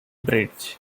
bridge